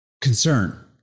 Concern